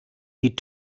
die